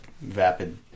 vapid